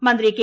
മന്ത്രി കെ